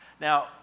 Now